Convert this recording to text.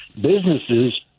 businesses